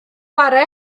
chwarae